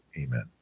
Amen